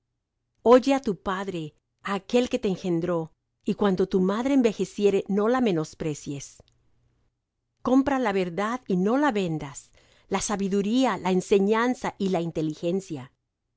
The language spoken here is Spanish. oye á tu padre á aquel que te engendró y cuando tu madre envejeciere no la menosprecies compra la verdad y no la vendas la sabiduría la enseñanza y la inteligencia